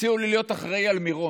הציעו לי להיות אחראי למירון.